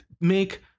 make